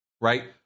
right